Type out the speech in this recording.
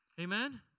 Amen